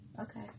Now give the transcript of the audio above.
Okay